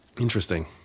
Interesting